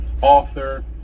author